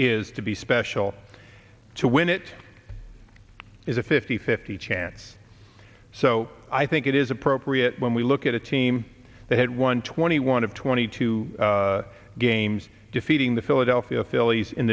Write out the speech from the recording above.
is to be special to win it is a fifty fifty chance so i think it is appropriate when we look at a team that had won twenty one of twenty two games defeating the philadelphia phillies